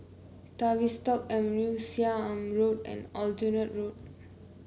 Tavistock Avenue Seah Im Road and Aljunied Road